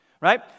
right